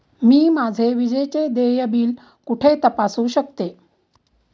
मी माझे विजेचे देय बिल कुठे तपासू शकते?